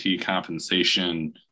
compensation